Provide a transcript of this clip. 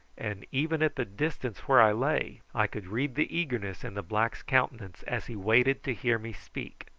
and even at the distance where i lay i could read the eagerness in the black's countenance as he waited to hear me speak.